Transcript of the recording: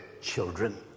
children